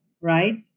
right